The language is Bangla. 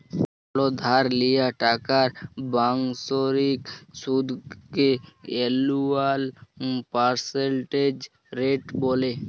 কল ধার লিয়া টাকার বাৎসরিক সুদকে এলুয়াল পার্সেলটেজ রেট ব্যলে